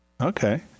Okay